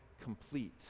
complete